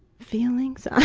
feelings? um